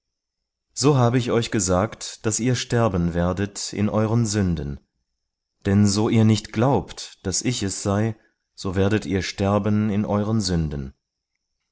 so habe ich euch gesagt daß ihr sterben werdet in euren sünden denn so ihr nicht glaubt daß ich es sei so werdet ihr sterben in euren sünden